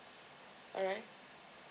alright